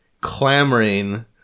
clamoring